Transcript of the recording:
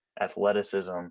athleticism